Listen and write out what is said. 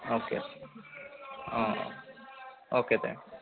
okay ആ okay thanks